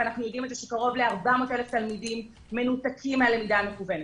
אנחנו יודעים שקרוב ל-400,000 תלמידים מנותקים מהלמידה המקוונת,